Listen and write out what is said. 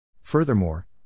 Furthermore